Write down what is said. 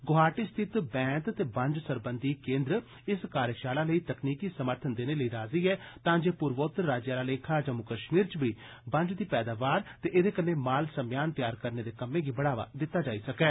गुहाटी स्थित बैंत ते बंज सरबंघी केंद्र इस कार्जशाला लेई तकनीकी समर्थन देने लेई राजी ऐ तां जे पूर्वोतर राज्य आला लेखा जम्मू कश्मीर च बी बंज दी पैदावार ते एह्दे कन्नै माल सम्यान तैयार करने दे कम्में गी बढ़ावा दित्ता जाई सकै